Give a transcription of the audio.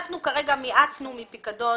אנחנו כרגע מיעטנו מפיקדון,